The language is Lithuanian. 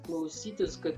klausytis kad